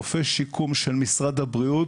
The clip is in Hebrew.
רופא שיקום של משרד הבריאות,